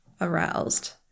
aroused